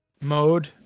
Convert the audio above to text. mode